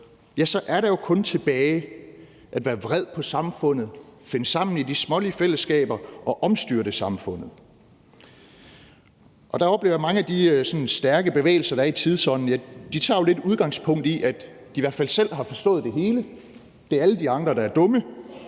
og så er der kun tilbage at være vred på samfundet, finde sammen i de smålige fællesskaber og omstyrte samfundet. Der oplever jeg, at mange af de stærke bevægelser, der er i tidsånden, tager udgangspunkt i, at de i hvert fald selv har forstået det hele, det er alle de andre, der er dumme,